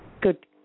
Good